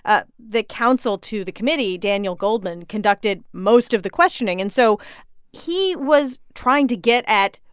ah the counsel to the committee, daniel goldman, conducted most of the questioning. and so he was trying to get at,